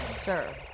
sir